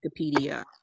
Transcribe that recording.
Wikipedia